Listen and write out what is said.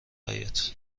حیاط